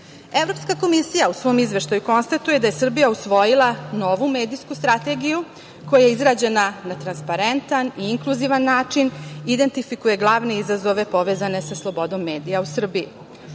komisija u svom izveštaju konstatuje da je Srbija usvojila novu medijsku strategiju koja je izrađena na transparentan i inkluzivan način, identifikuje glavne izazove povezane sa slobodom medija u Srbiji.